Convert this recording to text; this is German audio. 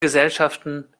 gesellschaften